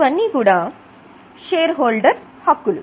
ఇవన్నీ కూడా share hold హక్కులు